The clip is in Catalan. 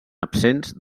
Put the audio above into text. absents